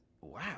wow